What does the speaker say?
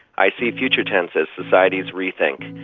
i see future tense as society's rethink.